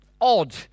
odd